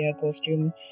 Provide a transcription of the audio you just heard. costume